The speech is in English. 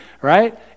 right